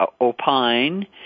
opine